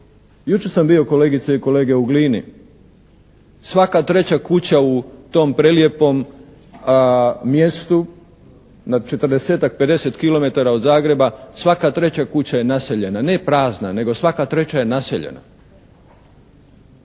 Jučer sam bio kolegice i kolege u Glini. Svaka treća kuća u tom prelijepom mjestu nad 40-tak, 50 kilometara od Zagreba, svaka treća kuća je naseljena. Ne prazna nego svaka treća je naseljena